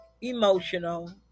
emotional